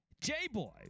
J-Boy